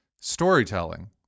storytelling